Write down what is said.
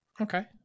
Okay